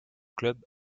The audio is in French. club